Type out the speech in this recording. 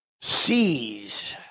sees